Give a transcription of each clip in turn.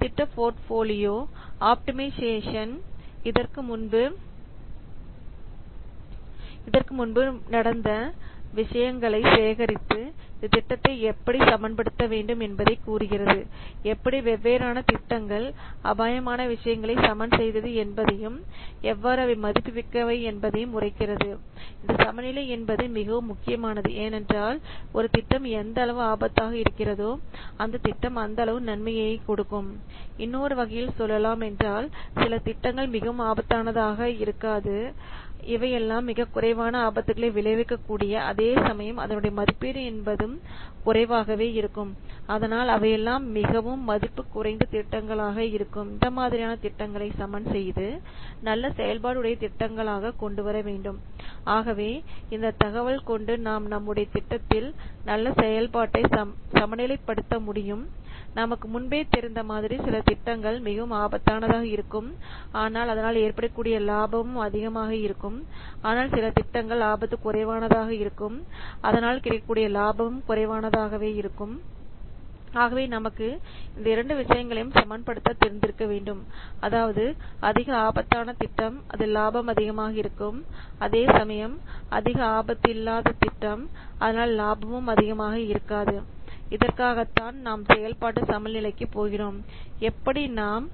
திட்ட போர்ட்போலியோ ஆ ஆப்டிமைசேஷன் இதற்கு முன்பு நடந்த விஷயங்களை சேகரித்து இந்த திட்டத்தை எப்படி சமன்படுத்த வேண்டும் என்பதை கூறுகிறது எப்படி வெவ்வேறான திட்டங்கள் அபாயமான விஷயங்களை சமன் செய்தது என்பதையும் எவ்வாறு அவை மதிப்பு மிக்கவை என்பதையும் உரைக்கிறது இந்த சமநிலை என்பது மிகவும் முக்கியமானது ஏனென்றால் ஒரு திட்டம் எந்த அளவு ஆபத்தாக இருக்கிறதோ அந்தத் திட்டம் அந்த அளவு நன்மையையும் கொடுக்கும் இன்னொரு வகையில் சொல்லலாம் என்றால் சில திட்டங்கள் மிகவும் ஆபத்தானதாக இருக்காது இவையெல்லாம் மிகக் குறைவான ஆபத்துகளை விளைவிக்க கூடிய அதேசமயம் அதனுடைய மதிப்பீடு என்பது குறைவாகவே இருக்கும் அதனால் அவையெல்லாம் மிகவும் மதிப்பு குறைந்த திட்டங்களாக இருக்கும் இந்த மாதிரியான திட்டங்களை சமன் செய்து நல்ல செயல்பாடு உடைய திட்டங்களாக கொண்டு வரவேண்டும் இந்த தகவல் கொண்டு நாம் நம்முடைய திட்டத்தில் நல்ல செயல்பாட்டை சமநிலைப் படுத்த முடியும் நமக்கு முன்பே தெரிந்த மாதிரி சில திட்டங்கள் மிகவும் ஆபத்தானதாக இருக்கும் ஆனால் அதனால் ஏற்படக்கூடிய லாபமும் அதிகமாக இருக்கும் ஆனால் சில திட்டங்கள் ஆபத்து குறைவானதாக இருக்கும் அதனால் கிடைக்கக்கூடிய லாபமும் குறைவானதாக இருக்கும் ஆகவே நமக்கு இந்த இரண்டு விஷயங்களையும் சமன்படுத்த தெரிந்திருக்க வேண்டும் அதாவது அதிக ஆபத்தான திட்டம் அதில் லாபம் அதிகமாக இருக்கும் அதேசமயம்ஆபத்து அதிகமில்லாத திட்டம் அதனால் லாபமும் அதிகமாக இருக்காது இதற்காகத்தான் நாம் செயல்பாட்டுசமநிலைக்கு போகிறோம் எப்படி நாம்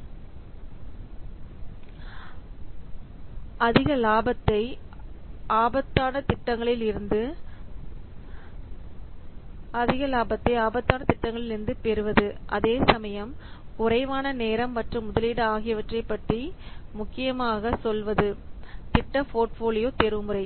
அதிக லாபத்தை ஆபத்தான திட்டங்களில் இருந்து பெறுவது அதேசமயம் குறைவான நேரம் மற்றும் முதலீடு ஆகியவற்றைப் பற்றி முக்கியமாக சொல்வது திட்ட போர்ட்போலியோ தேர்வு முறை project portfolio optimization